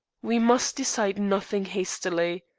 we must decide nothing hastily.